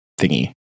thingy